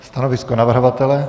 Stanovisko navrhovatele?